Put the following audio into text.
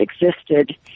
existed